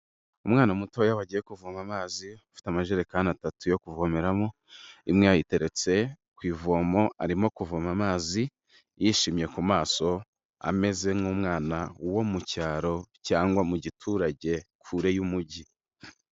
Umwana mutoya wagiye kuvoma amazi ufite amajerekani atatu yo kuvomeramo, imwe ayiteretse ku ivomo arimo kuvoma amazi yishimye ku maso ameze nk'umwana wo mu cyaro cyangwa mu giturage kure y'umujyi.